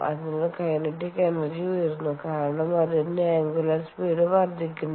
അതിനാൽ kinetic energy ഉയരുന്നു കാരണം അതിന്റെ അംഗുലർ സ്പീഡ് വർദ്ധിക്കുന്നു